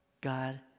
God